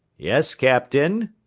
yes, captain,